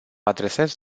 adresez